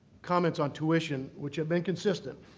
comments on tuition, which have been consistent.